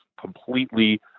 completely